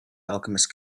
alchemist